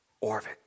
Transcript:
orbit